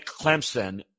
Clemson